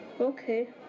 Okay